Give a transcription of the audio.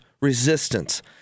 resistance